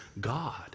God